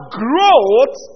growth